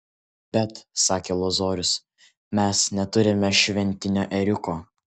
bet sakė lozorius mes neturime šventinio ėriuko